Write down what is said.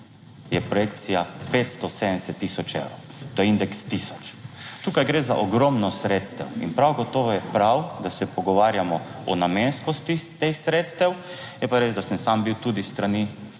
je projekcija 570 tisoč evrov, to je indeks tisoč. Tukaj gre za ogromno sredstev in prav gotovo je prav, da se pogovarjamo o namenskosti teh sredstev, je pa res, da sem sam bil tudi s strani